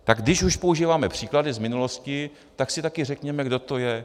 Tak když už používáme příklady z minulosti, tak si také řekněme, kdo to je.